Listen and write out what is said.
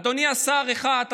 אדוני השר האחד,